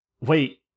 wait